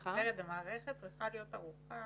המערכת צריכה להיות ערוכה